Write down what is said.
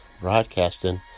broadcasting